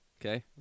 Okay